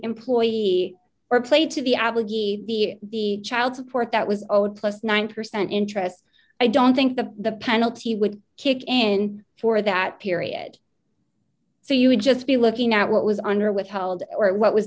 employee or played to the average the child support that was owed plus nine percent interest i don't think the the penalty would kick in for that period so you would just be looking at what was under withheld or what was